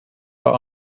but